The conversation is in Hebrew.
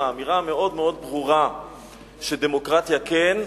האמירה המאוד-מאוד ברורה שדמוקרטיה כן,